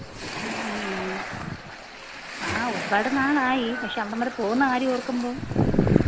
ആ ഒരുപാട് നാളായി പക്ഷെ അവിടം വരെ പോകുന്ന കാര്യം ഓർക്കുമ്പം